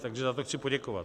Takže za to chci poděkovat.